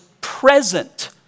present